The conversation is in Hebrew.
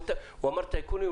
הוא אמר טייקונים,